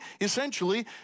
essentially